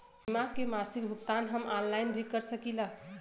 बीमा के मासिक भुगतान हम ऑनलाइन भी कर सकीला?